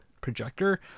projector